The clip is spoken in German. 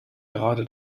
gerade